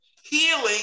Healing